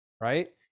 right